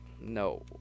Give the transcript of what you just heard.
No